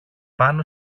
πάνω